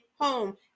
home